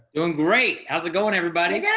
doing great. how's it going everybody? yeah